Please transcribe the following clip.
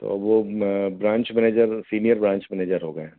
तो वह branch manager senior branch manager हो गए